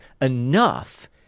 enough